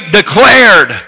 declared